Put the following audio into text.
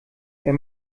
wer